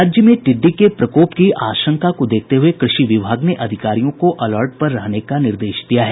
राज्य में टिड़डी के प्रकोप की आशंका को देखते हये कृषि विभाग ने अधिकारियों को अलर्ट पर रहने का निर्देश दिया है